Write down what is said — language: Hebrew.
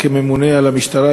כממונה על המשטרה,